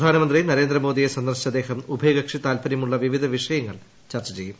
പ്രധാനമന്ത്രി നരേന്ദ്രമോദിയെ സന്ദർശിച്ച് അദ്ദേഹം ഉഭയകക്ഷി താൽപര്യമുള്ള വിവിധ വിഷയങ്ങൾ ചർച്ച ചെയ്യും